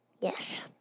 yes